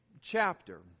chapter